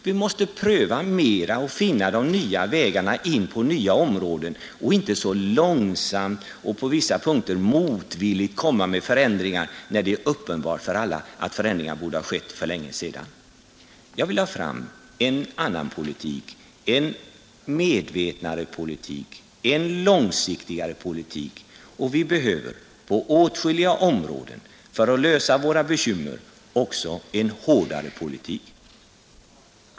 Vi måste pröva mera och finna de nya vägarna in på nya områden och inte så långsamt och, på vissa punkter, så motvilligt komma med förändringar, när det är uppenbart för alla att förändringarna borde ha skett för länge sedan. Jag vill ha fram en annan politik, en mer medveten och längsiktig politik. Vi behöver på åtskilliga områden, för att lösa våra problem, också en härdare politik.